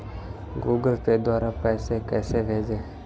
Google Pay द्वारा पैसे कैसे भेजें?